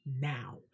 now